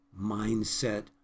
mindset